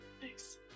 thanks